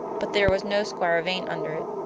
but there was no squire vane under it.